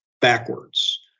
backwards